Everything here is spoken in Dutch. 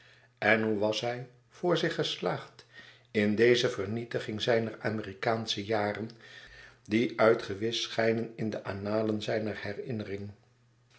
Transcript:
en hoe was hij voor zich geslaagd in deze vernietiging zijner amerikaansche jaren die uitgewischt schenen in de annalen zijner herinnering